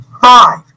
five